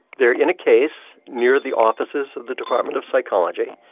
they're in a case near the offices of the department of psychology,